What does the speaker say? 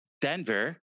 Denver